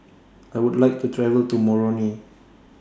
I Would like to travel to Moroni